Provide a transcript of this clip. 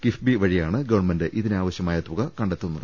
കിഫ്ബി വഴിയാണ് ഗവൺമെന്റ് ഇതിനാവശ്യമായ തുക കണ്ടെത്തുന്നത്